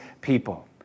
people